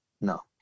No